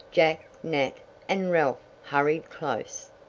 jack, nat and ralph hurried close.